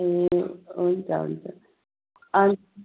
ए हुन्छ हुन्छ